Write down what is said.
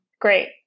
great